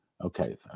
Okay